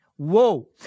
Whoa